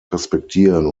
respektieren